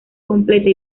completa